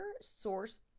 source